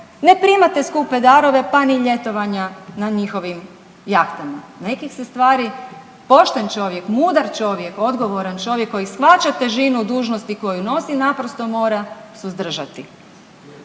ne primate skupe darove, pa ni ljetovanja na njihovim jahtama. Nekih se stvari pošten čovjek, mudar čovjek, odgovoran čovjek koji shvaća težinu dužnosti koju nosi naprosto mora suzdržati.